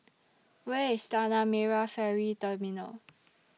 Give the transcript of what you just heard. Where IS Tanah Merah Ferry Terminal